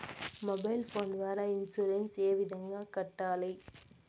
mobile phone ద్వారా insurance ఏ విధంగా కట్టాలి